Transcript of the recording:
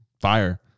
Fire